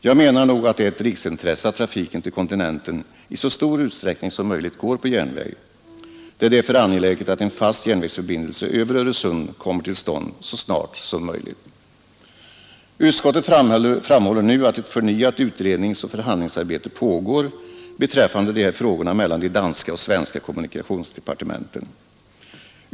Jag menar nog att det är ett riksintresse att trafiken till kontinenten i så stor utsträckning som möjligt går på järnväg. Det är därför angeläget att en fast järnvägsförbindelse över Öresund kommer till stånd så snart som möjligt. Utskottet framhåller nu att ett förnyat utredningsoch förhandlingsarbete pågår beträffande de här frågorna mellan de danska och svenska kommunikationsdepartementen.